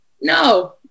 no